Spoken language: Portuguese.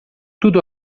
tudo